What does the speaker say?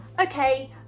okay